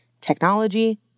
Technology